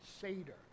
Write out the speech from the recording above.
Seder